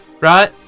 right